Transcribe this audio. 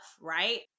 right